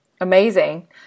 Amazing